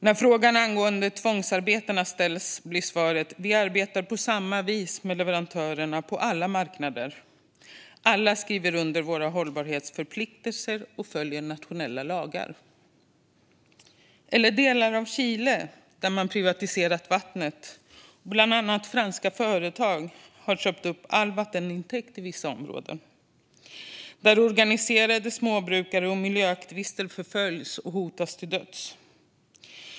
När frågan angående tvångsarbetarna ställs blir svaret: "Vi arbetar på samma vis med leverantörer på alla marknader, för att garantera att de alla skriver under vår hållbarhetsförpliktelse och följer nationella lagar". I delar av Chile har man privatiserat vattnet. Bland annat franska företag har köpt upp alla vattentäkter i vissa områden. Där förföljs organiserade småbrukare och miljöaktivister och hotas till döds.